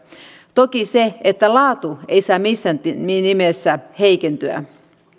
toki laatu ei saa missään nimessä heikentyä